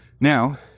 now